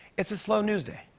it's a slow news day.